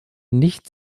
nicht